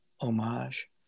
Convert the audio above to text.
homage